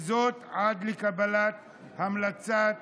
וזאת עד לקבלת המלצת